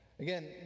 Again